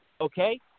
okay